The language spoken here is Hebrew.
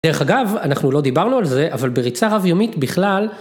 דרך אגב, אנחנו לא דיברנו על זה, אבל בריצה רב יומית בכלל...